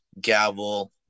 gavel